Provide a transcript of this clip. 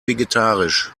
vegetarisch